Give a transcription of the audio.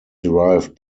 derived